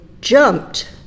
jumped